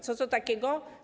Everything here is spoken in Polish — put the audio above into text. Co to takiego?